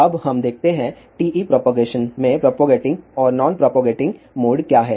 अब हम देखते हैं TE प्रोपगेशन में प्रोपगेटिंग और नॉन प्रोपगेटिंग मोड क्या हैं